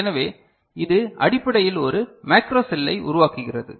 எனவே இது அடிப்படையில் ஒரு மேக்ரோ செல்லை உருவாக்குகிறது